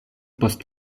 post